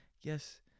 Yes